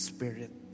Spirit